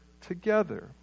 together